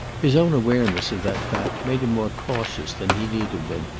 his own awareness of that fact made him more cautious than he need have been,